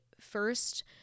first